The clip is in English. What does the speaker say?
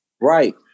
Right